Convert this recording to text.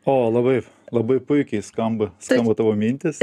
o labai labai puikiai skamba skamba tavo mintis